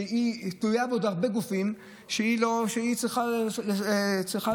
שתלויה בעוד הרבה גופים, והיא צריכה להתבצע.